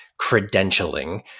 credentialing